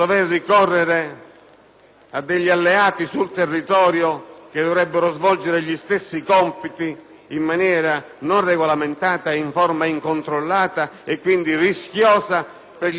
ad alleati sul territorio che dovrebbero svolgere gli stessi compiti in maniera non regolamentata e in forma incontrollata, quindi rischiosa per gli stessi volontari.